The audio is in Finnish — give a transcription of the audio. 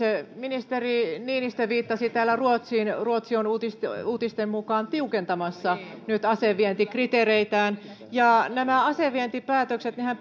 ministeri niinistö viittasi täällä ruotsiin ruotsi on uutisten uutisten mukaan tiukentamassa nyt asevientikriteereitään ja nämä asevientipäätöksethän